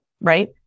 right